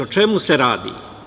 O čemu se radi?